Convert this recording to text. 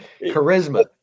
charisma